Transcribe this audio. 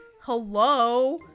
Hello